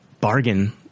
bargain